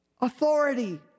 authority